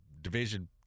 Division